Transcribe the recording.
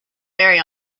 very